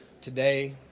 today